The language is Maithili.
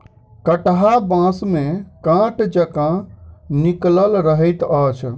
कंटहा बाँस मे काँट जकाँ निकलल रहैत अछि